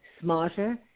smarter